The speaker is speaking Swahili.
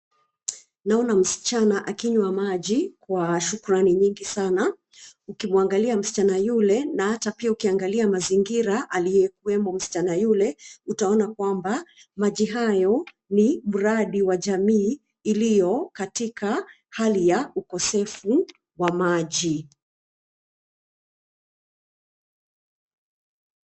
Naona msichana akinywa maji kwa shukrani nyingi sana. Ukimwangalia msichana yule, na hata pia ukiangalia mazingira aliyekuwemo msichana yule, utaona kwamba maji hayo ni mradi wa jamii iliyo katika hali ya ukosefu wa maji.